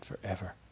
forever